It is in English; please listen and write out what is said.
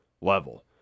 level